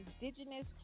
indigenous